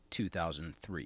2003